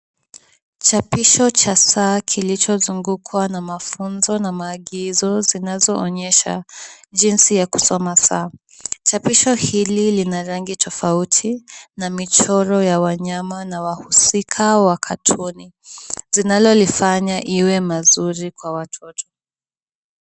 Chapisho cha saa kilichozungukwa na mafunzo na maagizo zinaonyesha jinsi ya kusoma saa. Chapisho hili lina rangi tofauti na michoro ya wanyama na wahusika wa katuni, zinalolifanya iwe mazuri kwa watoto.